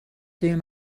through